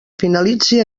finalitzi